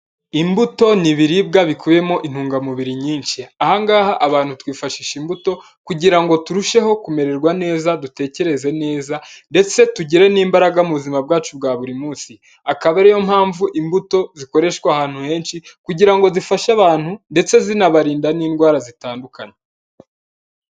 Imbuto ni'ibiribwa bikubiyemo intungamubiri nyinshi, ahangaha abantu twifashisha imbuto kugira ngo turusheho kumererwa neza dutekereze neza, ndetse tugire n'imbaraga mu buzima bwacu bwa buri munsi, akaba ari yo mpamvu imbuto zikoreshwa ahantu henshi kugira ngo zifashe abantu ndetse zinabarinda n'indwara zitandukanye.